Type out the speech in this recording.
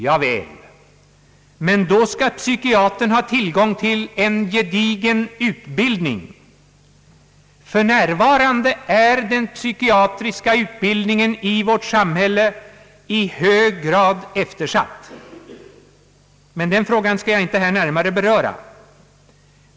Javäl, men då måste psykiatern ha tillgång till en gedigen utbildning. För närvarande är den psykiatriska utbildningen i vårt samhälle i hög grad eftersatt. Den frågan skall jag inte här närmare beröra.